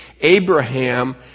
Abraham